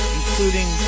including